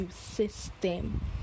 system